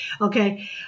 okay